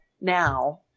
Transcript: now